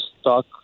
stuck